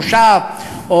מושב,